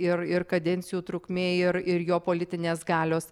ir ir kadencijų trukmė ir ir jo politinės galios